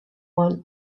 one